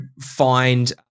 find